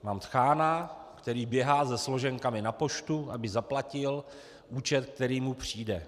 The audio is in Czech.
Mám tchána, který běhá se složenkami na poštu, aby zaplatil účet, který mu přijde.